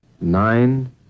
Nine